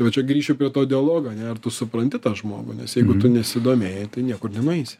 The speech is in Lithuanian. va čia grįšiu prie to dialogo ane ar tu supranti tą žmogų nes jeigu tu nesidomėjai tai niekur nenueisi